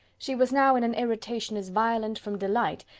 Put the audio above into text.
she was now in an irritation as violent from delight,